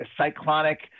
cyclonic